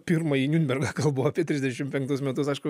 pirmąjį niurnbergą kalbu apie trisdešim penktus metus aišku